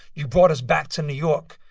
you brought us back to new york.